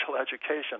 education